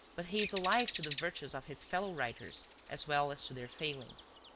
but he is alive to the virtues of his fellow writers as well as to their failings.